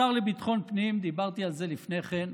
השר לביטחון פנים, דיברתי על זה לפני כן,